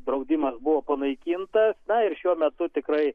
draudimas buvo panaikinta na ir šiuo metu tikrai